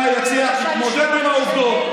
אתה מהמשטרה,